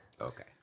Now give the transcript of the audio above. Okay